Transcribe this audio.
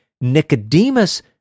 Nicodemus